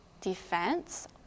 Defense